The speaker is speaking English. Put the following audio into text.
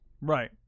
Right